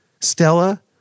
Stella